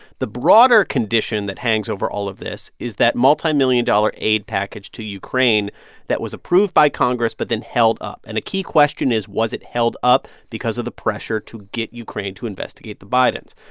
the broader condition that hangs over all of this is that multimillion dollar aid package to ukraine that was approved by congress but then held up. and a key question is, was it held up because of the pressure to get ukraine to investigate the bidens?